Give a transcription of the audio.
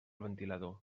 ventilador